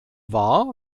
war